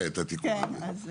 אגב,